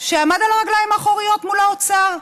שעמד על הרגליים האחוריות מול האוצר,